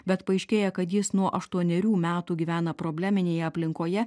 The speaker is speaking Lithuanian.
bet paaiškėja kad jis nuo aštuonerių metų gyvena probleminėje aplinkoje